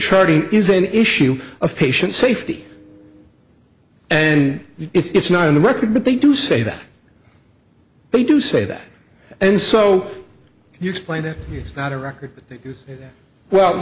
trotty is an issue of patient safety and it's not on the record but they do say that they do say that and so you explain it is not a record well